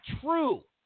true